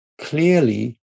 clearly